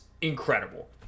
incredible